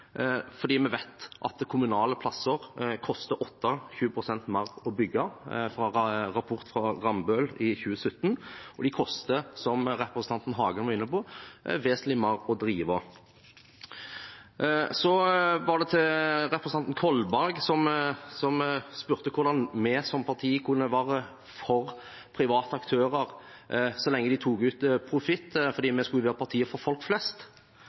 vi vet at kommunale plasser koster 28 pst. mer å bygge, jf. en rapport fra Rambøll i 2017, og de koster, som representanten Hagen var inne på, vesentlig mer å drive. Så var det representanten Kolberg, som spurte hvordan vi som parti kunne være for private aktører så lenge de tok ut profitt, siden vi skulle være partiet for folk flest.